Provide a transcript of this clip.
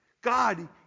God